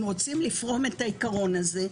אם רוצים לפרום את העיקרון הזה,